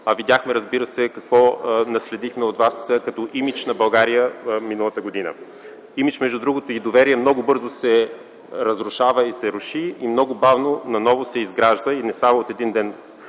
А видяхме, разбира се, какво наследихме от вас като имидж на България миналата година! Имидж и доверие много бързо се разрушават и много бавно наново се изграждат, и не става от един ден: